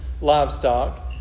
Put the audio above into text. livestock